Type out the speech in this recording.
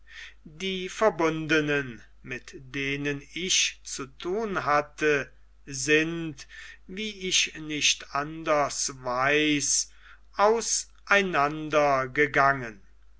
die verbundenen mit denen ich zu thun hatte sind wie ich nicht anders weiß auseinander gegangen